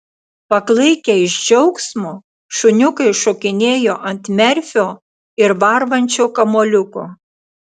paklaikę iš džiaugsmo šuniukai šokinėjo ant merfio ir varvančio kamuoliuko